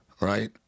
Right